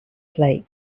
plate